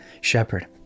shepherd